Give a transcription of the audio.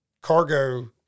cargo